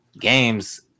games –